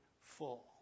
full